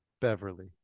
Beverly